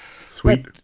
Sweet